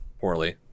poorly